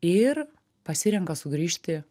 ir pasirenka sugrįžti